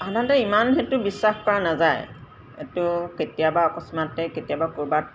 সাধাৰণতে ইমান সেইটো বিশ্বাস কৰা নাযায় এইটো কেতিয়াবা অকস্মাতে কেতিয়াবা ক'ৰবাত